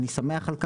אני שמח על כך,